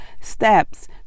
steps